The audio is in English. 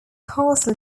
castle